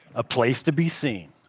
a place to be seen.